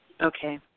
Okay